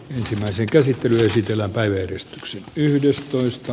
ensimmäisen käsittelyn esitellä valitettavasti saa